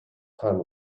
time